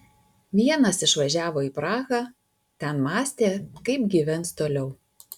vienas išvažiavo į prahą ten mąstė kaip gyvens toliau